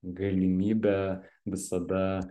galimybę visada